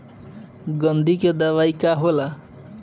गंधी के दवाई का होला?